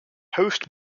host